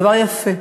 דבר יפה,